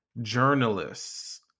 journalists